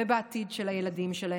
ובעתיד של הילדים שלהם.